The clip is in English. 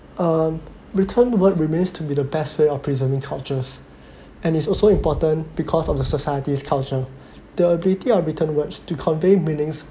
um written word remains to be the best way of presenting cultures and it's also important because of the society's culture the ability of written words to convey meanings